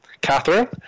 Catherine